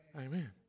Amen